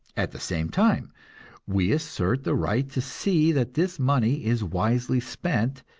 at the same time we assert the right to see that this money is wisely spent,